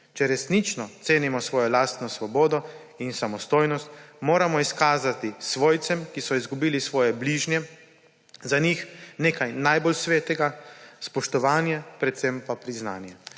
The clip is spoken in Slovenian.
Če resnično cenimo svojo lastno svobodo in samostojnost, moramo izkazati svojcem, ki so izgubili svoje bližnje, za njih nekaj najbolj svetega, spoštovanje predvsem pa priznanje.